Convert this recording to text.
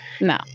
No